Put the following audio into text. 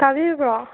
ꯇꯥꯕꯤꯕ꯭ꯔꯣ